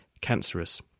cancerous